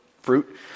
fruit